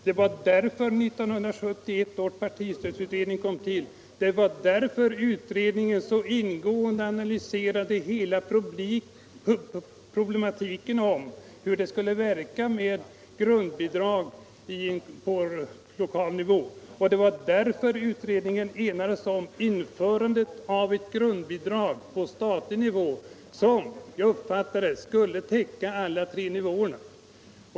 Det var därför 1971 års partistödsutredning kom till, det var därför utredningen så ingående analyserade hela problematiken i fråga om hur det skulle verka med grundbidrag på lokal nivå och det var därför utredningen enades om införandet av ett grundbidrag på statlig nivå; det skulle, som jag uppfattade det, täcka alla tre nivåerna.